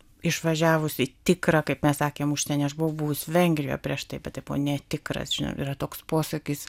išvažiavus į tikrą kaip mes sakėm užsienį aš buvau buvus vengrijoj prieš tai bet tai buvo ne tikras žinau yra toks posakis